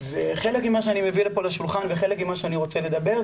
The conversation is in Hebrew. וחלק ממה שאני מביא לפה לשולחן וחלק ממה שאני רוצה לדבר,